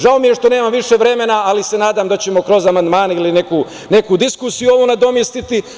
Žao mi je što nemam više vremena, ali se nadam da ćemo kroz amandmane ili neku diskusiju ovo nadomestiti.